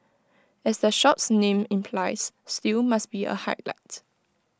as the shop's name implies stew must be A highlight